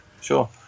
sure